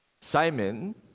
Simon